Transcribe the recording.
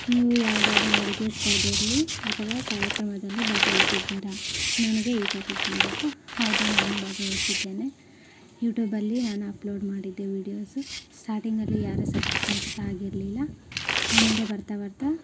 ನೀವು ಯಾವುದಾದರು ಅಡುಗೆ ಸ್ಪರ್ಧೆಯಲ್ಲಿ ಅಥವಾ ಕಾರ್ಯಕ್ರಮದಲ್ಲಿ ಭಾಗವಹಿಸಿದ್ದೀರಾ ನನಗೆ ಈ ಟಾಪಿಕ್ ಬಂದಿದೆ ಹೌದು ನಾನು ಭಾಗವಹಿಸಿದ್ದೇನೆ ಯೂಟೂಬಲ್ಲಿ ನಾನು ಅಪ್ಲೋಡ್ ಮಾಡಿದ್ದೆ ವಿಡಿಯೋಸು ಸ್ಟಾಟಿಂಗಲ್ಲಿ ಯಾರು ಸಬ್ಸ್ಕ್ರೈಬ್ಸ್ ಆಗಿರಲಿಲ್ಲ ಆಮೇಲೆ ಬರ್ತಾ ಬರ್ತಾ